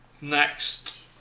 Next